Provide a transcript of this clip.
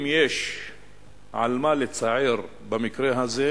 אם יש על מה להצטער במקרה הזה,